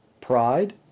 Pride